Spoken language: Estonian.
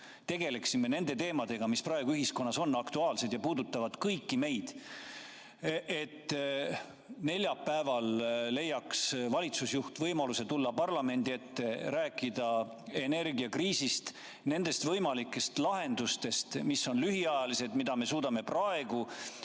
sisuliselt nende teemadega, mis praegu ühiskonnas on aktuaalsed ja puudutavad meid kõiki. [Mul on ettepanek], et neljapäeval leiaks valitsusjuht võimaluse tulla parlamendi ette rääkima energiakriisist, nendest võimalikest lahendustest, mis on lühiajalised, mida me suudame praegu